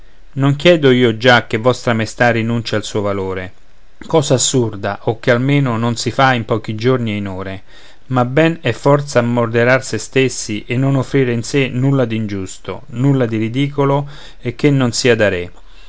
non chiedo io già che vostra maestà rinunci al suo valore cosa assurda o che almeno non si fa in pochi giorni e in ore ma ben è forza moderar se stessi e non offrire in sé nulla d'ingiusto nulla di ridicolo e che non sia da